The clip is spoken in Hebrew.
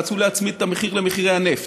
רצו להצמיד את המחיר למחירי הנפט,